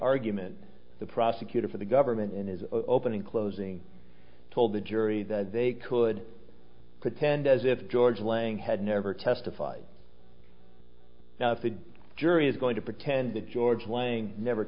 argument the prosecutor for the government in his opening closing told the jury that they could pretend as if george lange had never testified now if the jury is going to pretend that george lying never